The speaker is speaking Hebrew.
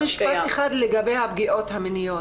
רק משפט אחד לגבי הפגיעות המיניות.